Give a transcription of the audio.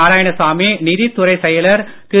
நாராயணசாமி நிதித் துறை செயலர் திரு